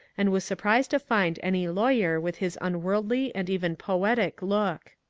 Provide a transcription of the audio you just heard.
and was surprised to find any lawyer with his unworldly and even poetic look.